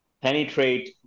penetrate